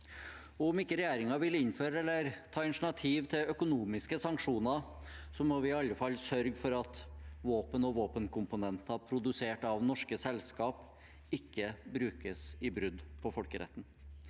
Om ikke regjeringen vil innføre eller ta initiativ til økonomiske sanksjoner, må vi iallfall sørge for at våpen og våpenkomponenter produsert av norske selskap ikke brukes i brudd på folkeretten.